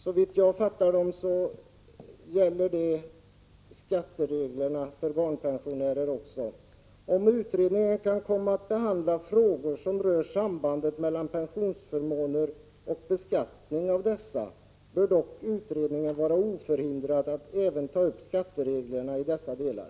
Såvitt jag fattar, gäller det som står där skattereglerna för barnpensioner också: ”Om utredningen kan komma att behandla frågor som rör sambandet mellan pensionsförmåner och beskattning av dessa, bör dock utredningen vara oförhindrad att även ta upp skattereglerna i dessa delar.”